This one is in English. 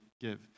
give